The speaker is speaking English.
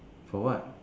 for what